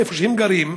איפה שהם גרים,